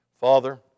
Father